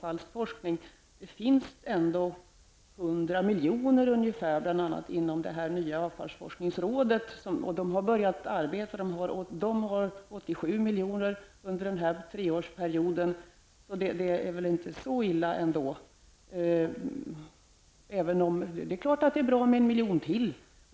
Det finns dock medel, bl.a. inom det nya avfallsforskningsrådet, som har börjat arbeta. Man förfogar över 87 miljoner under treårsperioden. Så det är väl inte så illa ändå. Det är klart att det är bra med en miljon till.